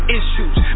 issues